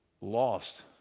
lost